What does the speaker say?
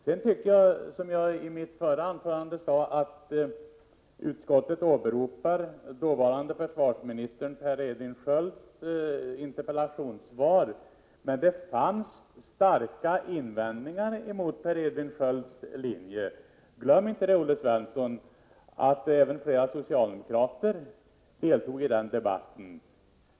Som jag sade i mitt förra anförande åberopar utskottet dåvarande försvarsministern Per Edvin Skölds interpellationssvar. Men det fanns starka invändningar mot Per Edvin Skölds linje — glöm inte det, Olle Svensson! Även flera socialdemokrater deltog i debatten.